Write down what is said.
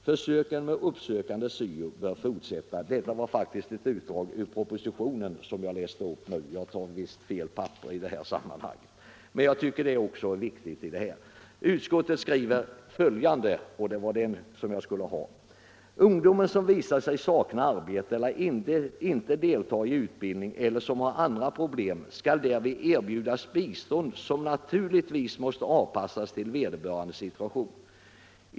Försöken med uppsökande syo bör fortsätta.” Utskottet skriver bl.a. följande: ”Ungdomar som visar sig sakna arbete eller inte deltar i utbildning eller som har andra problem skall därvid erbjudas bistånd som naturligtvis måste avpassas till vederbörandes situation.